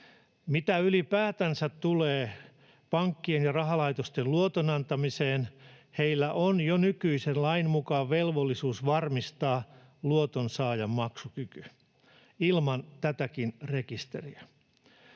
Mitä ylipäätänsä tulee pankkien ja rahalaitosten luotonantamiseen, heillä on jo nykyisen lain mukaan velvollisuus varmistaa luotonsaajan maksukyky ilman tätäkin rekisteriä.